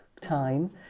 time